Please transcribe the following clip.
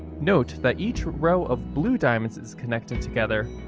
note that each row of blue diamonds is connected together,